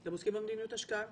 אתם עוסקים במדיניות השקעה?